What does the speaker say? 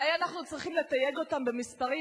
אולי אנחנו צריכים לתייג אותן במספרים